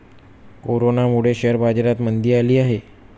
कोरोनामुळे शेअर बाजारात मंदी आली आहे